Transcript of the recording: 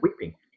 weeping